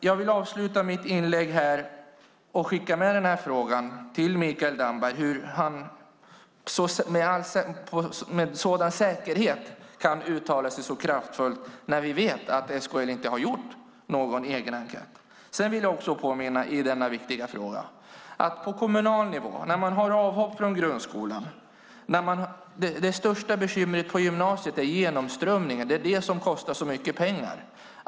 Jag vill skicka med en fråga till Mikael Damberg. Hur kan du med sådan säkerhet uttala dig så kraftfullt, när vi vet att SKL inte har gjort någon egen enkät? Jag vill också i denna viktiga fråga påminna om att på kommunal nivå, när man har avhopp från grundskolan, är det största bekymret på gymnasiet genomströmningen. Det är det som kostar så mycket pengar.